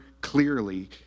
clearly